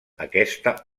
aquesta